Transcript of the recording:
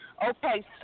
Okay